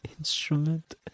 instrument